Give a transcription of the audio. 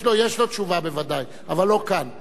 השר ישיב כרצונו.